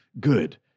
good